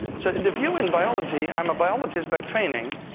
so the view in biology. i'm a biologist by training,